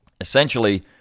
Essentially